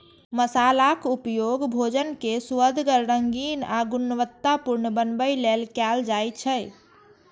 मसालाक उपयोग भोजन कें सुअदगर, रंगीन आ गुणवतत्तापूर्ण बनबै लेल कैल जाइ छै